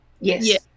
Yes